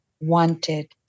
wanted